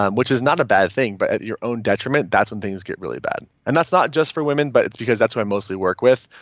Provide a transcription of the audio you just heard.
um which is not a bad thing, but at your own detriment, that's when things get really bad. and that's not just for women, but it's because that's what i mostly work with.